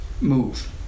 Move